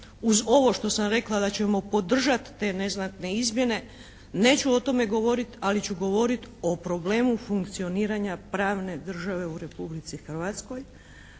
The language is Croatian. uz ovo što sam rekla da ćemo podržati te neznatne izmjene neću o tome govoriti, ali ću govoriti o problemu funkcioniranja pravne države u Republici Hrvatskoj